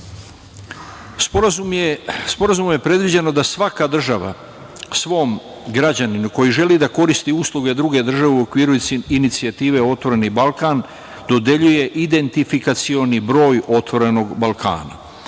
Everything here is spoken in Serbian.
je predviđeno da svaka država svom građaninu koji želi da koristi usluge druge države u okviru inicijative „Otvoreni Balkan“ dodeljuje identifikacioni broj „Otvorenog Balkana“.